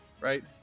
right